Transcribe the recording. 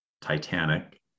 Titanic